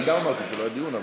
אני גם אמרתי שלא היה דיון,